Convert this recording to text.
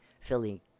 Philly